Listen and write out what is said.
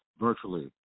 virtually